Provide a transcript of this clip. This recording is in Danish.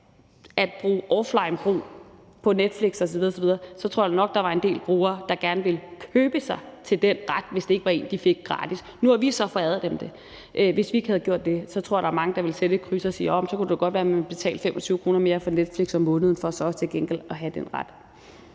at bruge Netflix osv. osv. offline, så tror jeg jo nok, at der var en del brugere, der gerne ville købe sig til den ret – altså, hvis det var ikke var en, de fik gratis. Nu har vi så foræret dem den. Hvis vi ikke havde gjort det, tror jeg, der ville være mange, der ville sætte et kryds og sige, at så kunne det godt være, at de ville betale 25 kr. mere om måneden for Netflix for så til gengæld at have den ret.